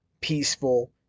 peaceful